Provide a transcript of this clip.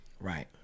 right